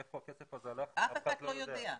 לאן הכסף הזה הלך, אף אחד לא יודע.